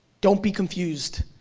don't be confused.